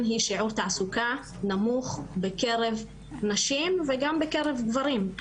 היא שיעור תעסוקה נמוך בקרב נשים וגם בקרב גברים.